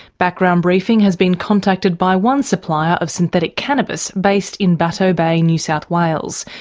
background briefing has been contacted by one supplier of synthetic cannabis based in bateau bay, new south wales,